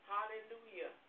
Hallelujah